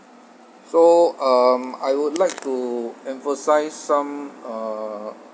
so um I would like to emphasise some uh